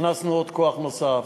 הכנסנו כוח נוסף.